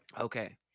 Okay